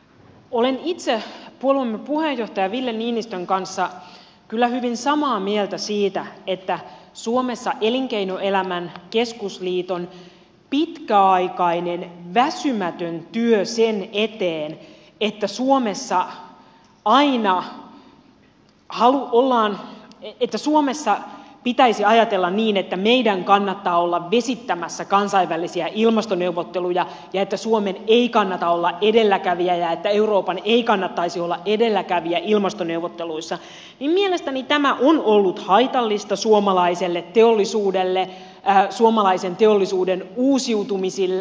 olen puolueemme puheenjohtaja ville niinistön kanssa kyllä hyvin samaa mieltä siitä että suomessa elinkeinoelämän keskusliiton pitkäaikainen väsymätön työ sen eteen että suomessa pitäisi ajatella niin että meidän kannattaa olla vesittämässä kansainvälisiä ilmastoneuvotteluja ja että suomen ei kannata olla edelläkävijä ja että euroopan ei kannattaisi olla edelläkävijä ilmastoneuvotteluissa on ollut haitallista suomalaiselle teollisuudelle suomalaisen teollisuuden uusiutumiselle